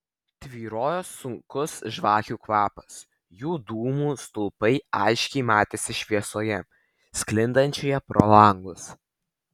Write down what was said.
tvyrojo sunkus žvakių kvapas jų dūmų stulpai aiškiai matėsi šviesoje sklindančioje pro langus